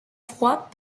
froids